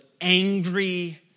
angry